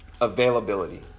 Availability